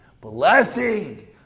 Blessing